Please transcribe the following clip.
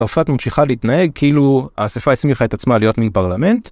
צרפת ממשיכה להתנהג כאילו האספה הסמיכה את עצמה להיות מין פרלמנט.